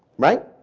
right.